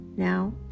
Now